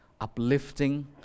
uplifting